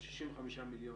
65 מיליון.